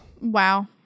Wow